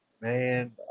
Man